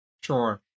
Sure